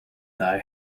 thy